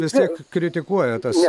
vis tiek kritikuoja tas